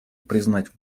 признать